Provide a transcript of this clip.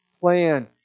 plan